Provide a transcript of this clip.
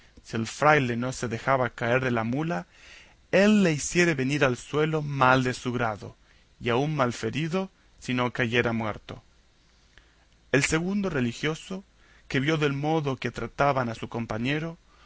no se dejara caer de la mula él le hiciera venir al suelo mal de su grado y aun malferido si no cayera muerto el segundo religioso que vio del modo que trataban a su compañero